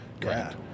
Correct